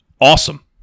awesome